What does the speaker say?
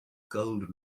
gold